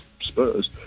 Spurs